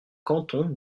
canton